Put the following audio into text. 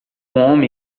homem